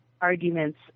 arguments